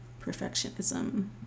Perfectionism